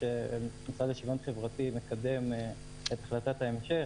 המשרד לשוויון חברתי מקדם את החלטת ההמשך.